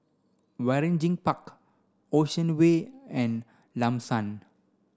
Waringin Park Ocean Way and Lam San